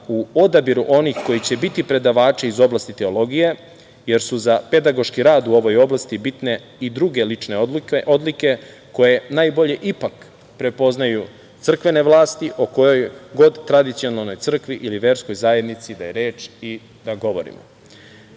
u odabiru onih koji će biti predavači iz oblasti teologije jer su za pedagoški rad u ovoj oblasti bitne i druge lične odlike koje najbolje, ipak, prepoznaju crkvene vlasti o kojoj god tradicionalnoj crkvi ili verskoj zajednici da je reč i da govorimo. Pomenuo